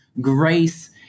grace